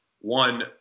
one